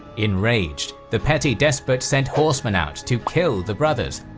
enraged, the petty despot sent horsemen out to kill the brothers,